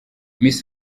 miss